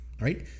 right